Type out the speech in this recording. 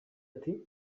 ati